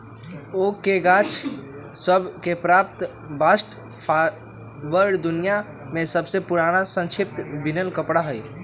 oak के गाछ सभ से प्राप्त बास्ट फाइबर दुनिया में सबसे पुरान संरक्षित बिनल कपड़ा हइ